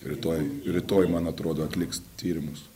rytoj rytoj man atrodo atliks tyrimus